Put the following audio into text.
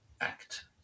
act